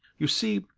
you see,